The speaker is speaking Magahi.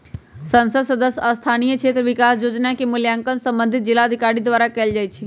संसद सदस्य स्थानीय क्षेत्र विकास जोजना के मूल्यांकन संबंधित जिलाधिकारी द्वारा कएल जाइ छइ